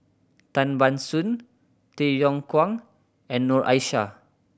Tan Ban Soon Tay Yong Kwang and Noor Aishah